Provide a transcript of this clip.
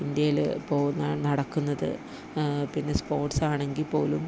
ഇന്ത്യയിൽ പോകുന്ന നടക്കുന്നത് പിന്നെ സ്പോർട്സാണെങ്കിൽ പോലും